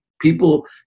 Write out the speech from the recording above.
people